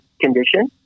condition